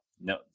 no